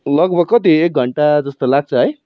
लगभग कति एक घन्टा जस्तो लाग्छ है